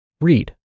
Read